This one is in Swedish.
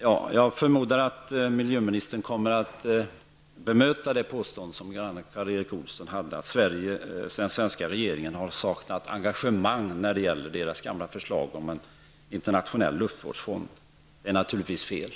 Jag förmodar att miljöministern kommer att bemöta det påstående som Karl Erik Olsson gjorde att den svenska regeringen har saknat engagemang när det gäller förslaget om en internationell luftvårdsfond. Det är naturligtvis fel.